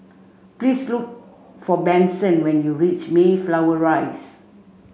please look for Benson when you reach Mayflower Rise